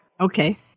Okay